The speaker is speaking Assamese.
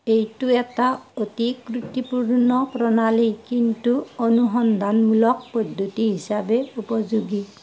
এইটো এটা অতি ত্ৰুটিপূৰ্ণ প্ৰণালী কিন্তু অনুসন্ধানমূলক পদ্ধতি হিচাপে উপযোগী